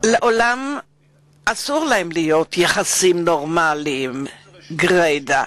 לעולם אסור להם להיות יחסים נורמליים גרידא.